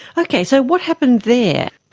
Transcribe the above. okay, so what happened there?